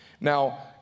Now